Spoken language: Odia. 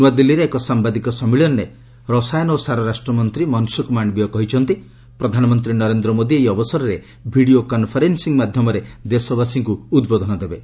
ନ୍ନଆଦିଲ୍ଲୀରେ ଏକ ସାମ୍ବାଦିକ ସମ୍ମିଳନୀରେ ରାସାୟନ ଓ ସାର ରାଷ୍ଟ୍ରମନ୍ତ୍ରୀ ମନ୍ସୁଖ ମାଣ୍ଡବୀୟ କହିଛନ୍ତି ପ୍ରଧାନମନ୍ତ୍ରୀ ନରେନ୍ଦ୍ର ମୋଦି ଏହି ଅବସରରେ ଭିଡ଼ିଓ କନ୍ଫରେନ୍ସିଂ ମାଧ୍ୟମରେ ଦେଶବାସୀଙ୍କୁ ଉଦ୍ବୋଧନ ଦେବେ